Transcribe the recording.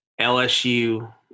LSU